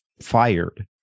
fired